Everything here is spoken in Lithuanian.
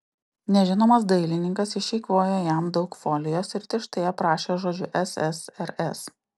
nežinomas dailininkas išeikvojo jam daug folijos ir tirštai aprašė žodžiu ssrs